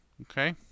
Okay